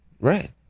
Right